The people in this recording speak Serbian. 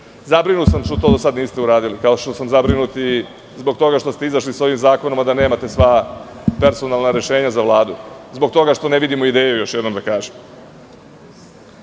Zabrinut sam što to niste uradili, kao što sam zabrinut i zbog toga što ste izašli sa ovim zakonom, a da nemate sva personalna rešenja za Vladu. Zbog toga što ne vidimo ideju, da